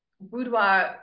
boudoir